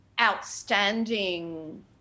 outstanding